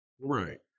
right